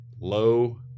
low